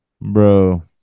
Bro